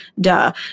duh